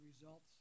results